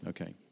Okay